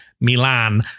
Milan